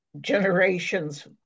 generations